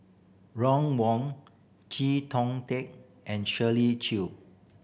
Ron Wong Chee Kong Tet and Shirley Chew